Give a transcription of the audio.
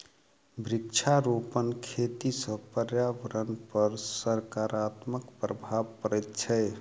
वृक्षारोपण खेती सॅ पर्यावरणपर सकारात्मक प्रभाव पड़ैत छै